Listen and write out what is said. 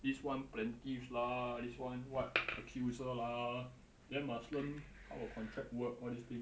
this one plaintiff lah this one what accuser lah then must learn how a contract work all these thing